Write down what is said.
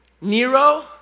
Nero